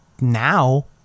now